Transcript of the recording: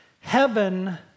heaven